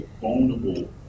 vulnerable